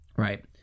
Right